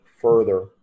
further